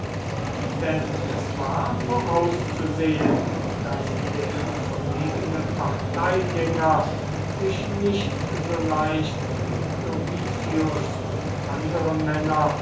denn es war vorauszusehen daß der verwegene parteigänger sich nicht so leicht wie domitius und andere männer